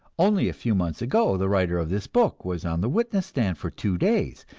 only a few months ago the writer of this book was on the witness stand for two days,